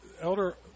Elder